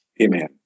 Amen